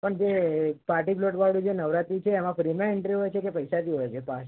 પણ જે પાર્ટીપ્લોટવાળું છે નવરાત્રિ છે એમાં ફ્રીમાં એન્ટ્રી હોય છે કે પૈસાથી હોય છે પાસ